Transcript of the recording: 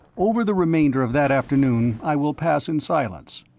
over the remainder of that afternoon i will pass in silence.